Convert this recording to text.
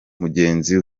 mugenzi